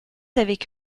avec